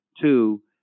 two